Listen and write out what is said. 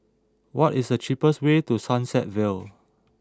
what is the cheapest way to Sunset Vale